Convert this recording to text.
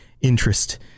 interest